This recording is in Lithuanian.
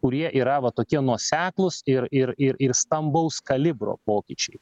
kurie yra va tokie nuoseklūs ir ir ir stambaus kalibro pokyčiai